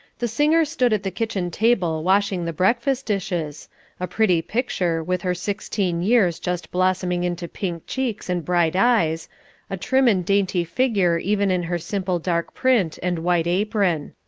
the singer stood at the kitchen-table washing the breakfast dishes a pretty picture, with her sixteen years just blossoming into pink cheeks and bright eyes a trim and dainty figure even in her simple dark print and white apron.